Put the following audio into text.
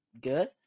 good